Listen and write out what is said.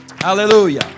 Hallelujah